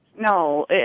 No